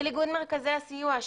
של איגוד מרכזי הסיוע,